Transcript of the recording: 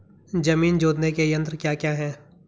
जमीन जोतने के यंत्र क्या क्या हैं?